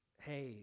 Hey